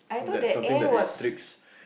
that something that restricts